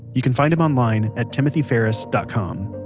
you can find him online at timothyferris dot com.